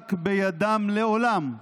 מוחזק בידם לעולם,